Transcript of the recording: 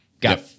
got